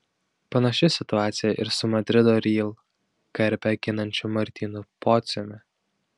panaši situacija ir su madrido real garbę ginančiu martynu pociumi